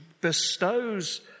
bestows